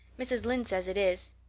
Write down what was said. mrs. lynde says it is.